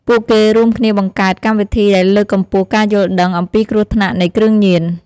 ពួកគេរួមគ្នាបង្កើតកម្មវិធីដែលលើកកម្ពស់ការយល់ដឹង អំពីគ្រោះថ្នាក់នៃគ្រឿងញៀន។